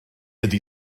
ydy